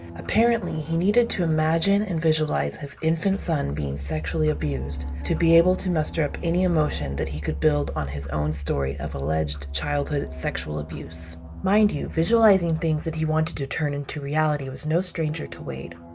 apparently, he needed to imagine and visualize his infant son being sexually abused to be able to muster up any emotion that he could build on his own story of alleged childhood sexual abuse. yeah visualizing things that he wanted to turn into reality was no stranger to wade.